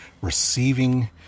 receiving